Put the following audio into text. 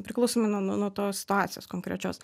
priklausomai nuo nuo nuo tos situacijos konkrečios